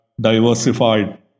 diversified